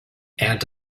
and